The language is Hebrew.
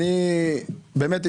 באמת,